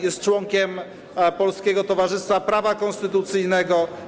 Jest członkiem Polskiego Towarzystwa Prawa Konstytucyjnego.